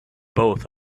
both